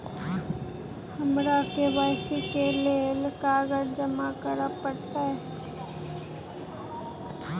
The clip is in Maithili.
हमरा के.वाई.सी केँ लेल केँ कागज जमा करऽ पड़त?